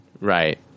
right